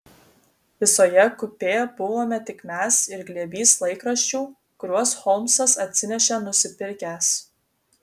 visoje kupė buvome tik mes ir glėbys laikraščių kuriuos holmsas atsinešė nusipirkęs